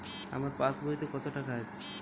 আমার পাসবইতে কত টাকা আছে?